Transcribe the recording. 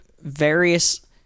various